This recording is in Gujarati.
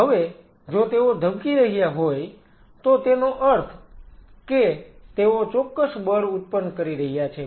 હવે જો તેઓ ધબકી રહ્યા હોય તો તેનો અર્થ કે તેઓ ચોક્કસ બળ ઉત્પન્ન કરી રહ્યા છે